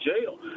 jail